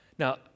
Now